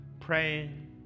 praying